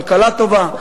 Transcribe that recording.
כלכלה טובה.